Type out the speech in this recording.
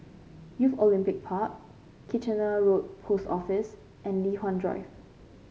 Youth Olympic Park Kitchener Road Post Office and Li Hwan Drive